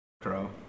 Crow